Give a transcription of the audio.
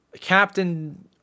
Captain